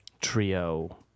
trio